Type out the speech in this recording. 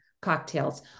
cocktails